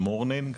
Morning.